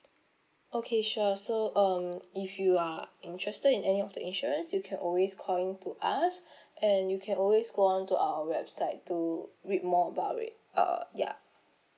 okay sure so um if you are interested in any of the insurance you can always call in to ask and you can always go on to our website to read more about it uh ya